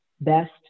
best